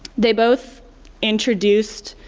they both introduced